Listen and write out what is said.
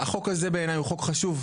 בעיניי החוק הזה הוא חוק חשוב,